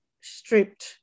stripped